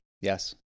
Yes